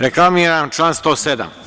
Reklamiram član 107.